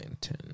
ten